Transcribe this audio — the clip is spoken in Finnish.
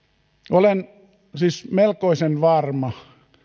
olen siis melkoisen varma